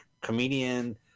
comedian